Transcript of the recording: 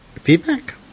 feedback